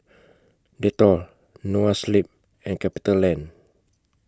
Dettol Noa Sleep and CapitaLand